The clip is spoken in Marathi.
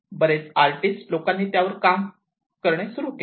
बरेच आर्टिस्ट लोकांनी त्यावर काम करणे सुरू केले